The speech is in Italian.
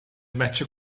match